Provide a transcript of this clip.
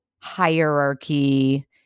hierarchy